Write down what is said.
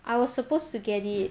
I was supposed to get it